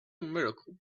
miracle